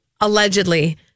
Allegedly